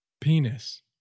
Penis